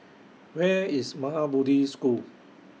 Where IS Maha Bodhi School